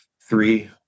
three